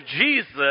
Jesus